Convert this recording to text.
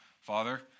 Father